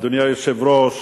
אדוני היושב-ראש,